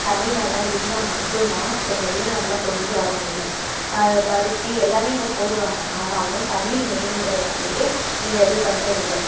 தண்ணி நல்லா இருந்தால் மட்டும் தான் ஒரு நெல்லை நல்லா கொண்டுகிட்டு வர முடியும் அதை பருத்தி எல்லாமே இங்கே போடுவாங்க ஆனாலும் தண்ணி மெயினுங்கிறதுனலேயே இங்கே எதுவும் பண்ணுறதில்ல